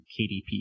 KDP